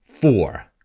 four